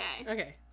Okay